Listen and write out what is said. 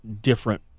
different